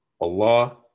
Allah